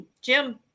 Jim